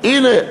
הנה,